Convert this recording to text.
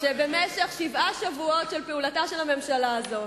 שבמשך שבעה שבועות של פעולתה של הממשלה הזאת